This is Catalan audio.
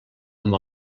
amb